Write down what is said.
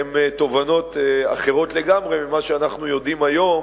הן תובנות אחרות לגמרי בעקבות מה שאנחנו יודעים היום,